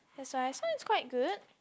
that's why this one is quite good